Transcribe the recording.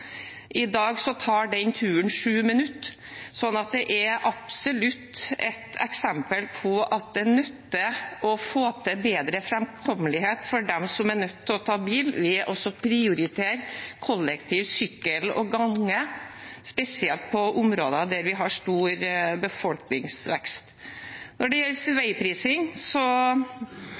I dag tar den turen sju minutter. Det er et eksempel på at det absolutt nytter å få til bedre framkommelighet for dem som er nødt til å ta bil, ved å prioritere kollektiv, sykkel og gange, spesielt i områder der vi har stor befolkningsvekst. Når det gjelder veiprising,